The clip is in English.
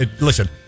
Listen